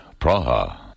Praha